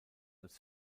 als